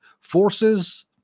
forces